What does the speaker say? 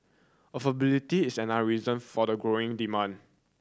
affordability is another reason for the green demand